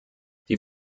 die